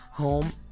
Home